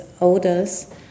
odors